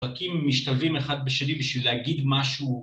פרקים משתלבים אחד בשני בשביל להגיד משהו